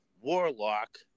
Warlock